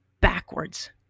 backwards